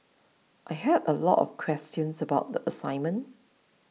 I had a lot of questions about the assignment